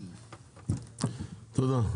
תודה.